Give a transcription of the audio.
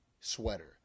sweater